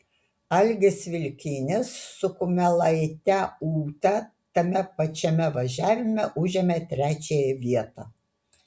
algis vilkinis su kumelaite ūta tame pačiame važiavime užėmė trečiąją vietą